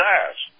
ass